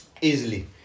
easily